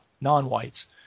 non-whites